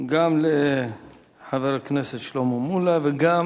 גם לחבר הכנסת שלמה מולה וגם